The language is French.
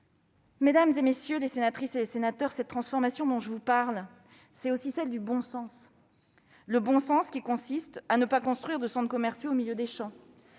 Mesdames les sénatrices, messieurs les sénateurs, cette transformation dont je vous parle, c'est aussi celle du bon sens. Le bon sens qui consiste à ne pas construire de centres commerciaux au milieu des champs.